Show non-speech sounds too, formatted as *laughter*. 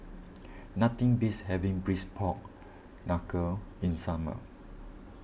*noise* nothing beats having Braised Pork Knuckle in summer